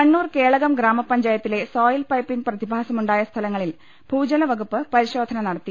കണ്ണൂർ കേളകം ഗ്രാമപഞ്ചായത്തിലെ soil piping പ്രതി ഭാസമുണ്ടായ സ്ഥലങ്ങളിൽ ഭൂജല വകുപ്പ് പരിശോധന നടത്തി